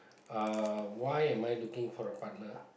uh why am I looking for a partner